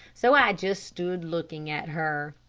so i just stood looking at her.